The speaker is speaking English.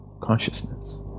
consciousness